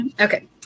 Okay